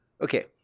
Okay